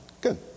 Good